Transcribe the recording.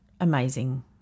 amazing